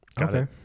Okay